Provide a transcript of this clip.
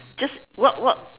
just what what